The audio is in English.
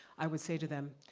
i would say to them,